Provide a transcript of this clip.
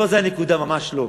לא זו הנקודה, ממש לא.